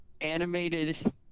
animated